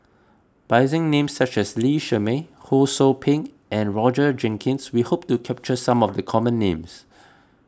by using names such as Lee Shermay Ho Sou Ping and Roger Jenkins we hope to capture some of the common names